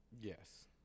Yes